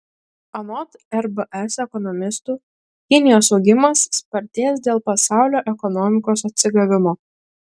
anot rbs ekonomistų kinijos augimas spartės dėl pasaulio ekonomikos atsigavimo